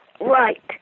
Right